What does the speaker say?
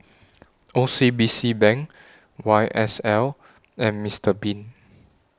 O C B C Bank Y S L and Mister Bean